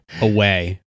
Away